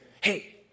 hey